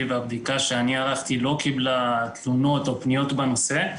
והבדיקה שאני ערכתי לא קיבלה תלונות או פניות בנושא,